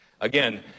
again